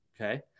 Okay